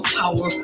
power